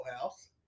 House